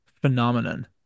phenomenon